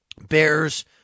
Bears